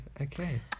Okay